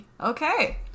Okay